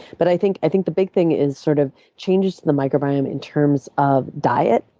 but i think i think the big thing is sort of changes to the microbiome in terms of diet.